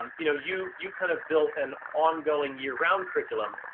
um you know you you kind of built an ongoing, year round curriculum.